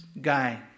guy